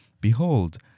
Behold